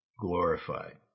glorified